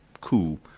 cool